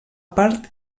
part